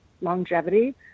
longevity